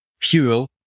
fuel